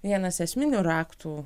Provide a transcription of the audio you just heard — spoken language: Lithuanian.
vienas esminių raktų